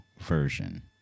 version